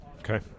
Okay